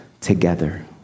together